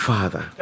Father